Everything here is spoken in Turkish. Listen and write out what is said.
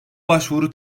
başvuru